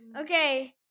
Okay